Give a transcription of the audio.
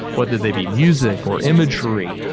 whether they be music, or imagery,